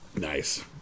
Nice